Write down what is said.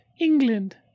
England